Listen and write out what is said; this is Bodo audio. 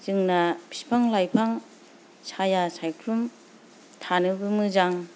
जोंना बिफां लाइफां साया सायख्लुम थानोबो मोजां